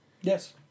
Yes